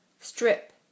strip